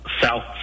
south